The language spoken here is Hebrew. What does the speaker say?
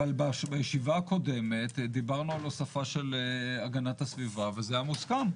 אבל בישיבה הקודמת דיברנו על הוספה של הגנת הסביבה וזה היה מוסכם.